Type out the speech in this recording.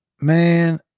man